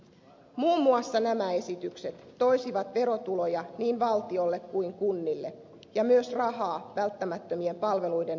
muun muassa nämä esitykset toisivat verotuloja niin valtiolle kuin kunnille ja myös rahaa välttämättömien palveluiden rahoitukseen